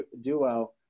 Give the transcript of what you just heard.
duo